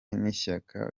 n’ishyaka